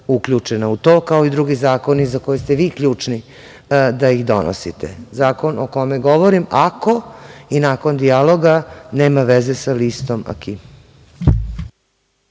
uključena u to, kao i drugi zakoni za koje ste vi ključni da ih donosite. Zakon o kome govorim - ako, i nakon dijaloga nema veze sa listom